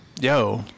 Yo